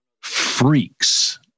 freaks